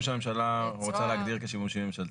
שהממשלה רוצה להגדיר כשימושים ממשלתיים.